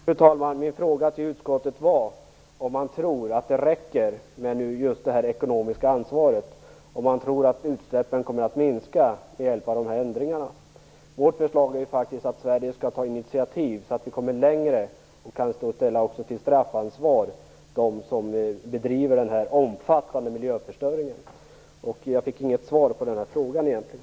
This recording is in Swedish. Fru talman! Min fråga till utskottet var om man tror att det är tillräckligt med det ekonomiska ansvaret och om man tror att utsläppen kommer att minska till följd av de föreslagna ändringarna. Vårt förslag är att Sverige skall ta initiativ så att man kommer längre och kan ställa dem som nu bedriver den omfattande miljöförstöringen under straffansvar. Jag fick egentligen inget svar på den frågan.